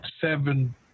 seven